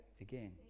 again